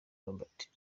robert